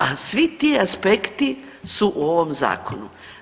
A svi ti aspekti su u ovom Zakonu.